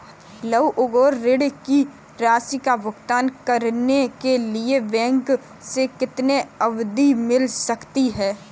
लघु उद्योग ऋण की राशि का भुगतान करने के लिए बैंक से कितनी अवधि मिल सकती है?